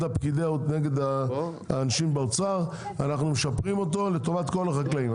נגד האנשים באוצר אנחנו משפרים אותו לטובת כל החקלאים.